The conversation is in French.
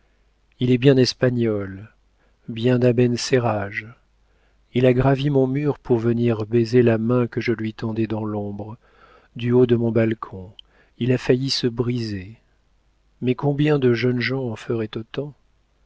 il est bien espagnol bien abencerrage il a gravi mon mur pour venir baiser la main que je lui tendais dans l'ombre du haut de mon balcon il a failli se briser mais combien de jeunes gens en feraient autant